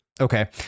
Okay